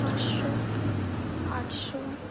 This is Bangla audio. পাঁচশো আটশো